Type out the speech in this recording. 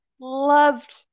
loved